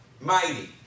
Mighty